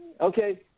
Okay